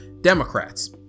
Democrats